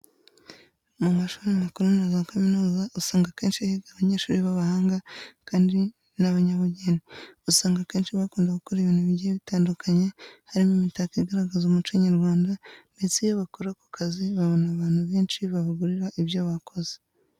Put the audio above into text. Mu mashuri makuru na za kaminuza usanga akenshi higa abanyeshuri b'abahanga kandi b'abanyabugeni. Usanga akenshi bakunda gukora ibintu bigiye bitandukanye harimo imitako igaragaza umuco nyarwanda ndetse iyo bakora aka kazi babona abantu benshi babagurira ibyo bakoze.